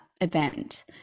event